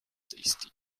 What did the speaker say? tasty